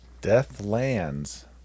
Deathlands